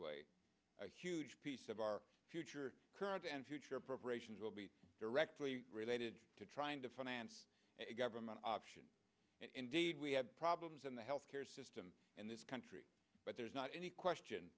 hway a huge piece of our future current and future preparations will be directly related to trying to finance a government option and indeed we have problems in the health care system in this country but there's not any question